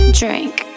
drink